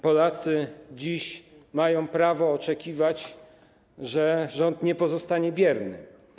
Polacy dziś mają prawo oczekiwać, że rząd nie pozostanie bierny.